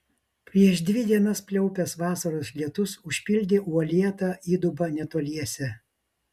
prieš dvi dienas pliaupęs vasaros lietus užpildė uolėtą įdubą netoliese